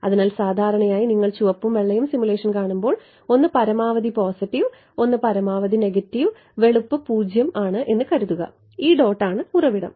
അതിനാൽ സാധാരണയായി നിങ്ങൾ ചുവപ്പും വെള്ളയും സിമുലേഷൻ കാണുമ്പോൾ ഒന്ന് പരമാവധി പോസിറ്റീവ് ഒന്ന് പരമാവധി നെഗറ്റീവ് വെളുപ്പ് 0 ആണ് എന്ന് കരുതുക ഈ ഡോട്ട് ആണ് ഉറവിടം